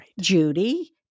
Judy